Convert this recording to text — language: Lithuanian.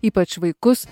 ypač vaikus